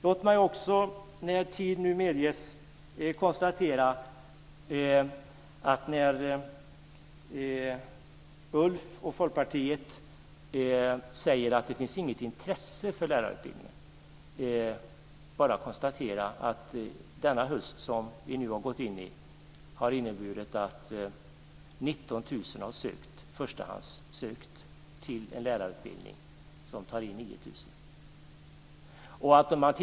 Låt mig också, när tiden nu medger det, konstatera att Ulf Nilsson och Folkpartiet säger att det inte finns något intresse för lärarutbildningen. Jag vill bara påpeka att den höst som vi nu har gått in i har inneburit att 19 000 har sökt i första hand till en lärarutbildning som tar in 9 000 studerande.